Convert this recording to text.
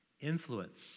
influence